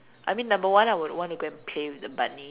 I mean number one I would want to go and play with the bunny